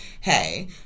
hey